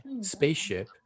spaceship